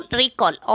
recall